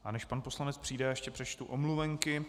A než pan poslanec přijde, ještě přečtu omluvenky.